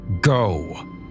go